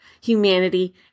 humanity